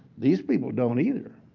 these people don't, either.